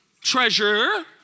treasure